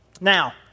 Now